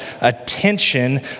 attention